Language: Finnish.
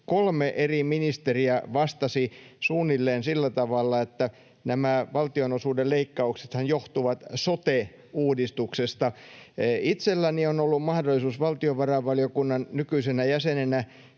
kolme eri ministeriä vastasi suunnilleen sillä tavalla, että nämä valtionosuuden leikkauksethan johtuvat sote-uudistuksesta. Itselläni on ollut mahdollisuus valtiovarainvaliokunnan nykyisenä jäsenenä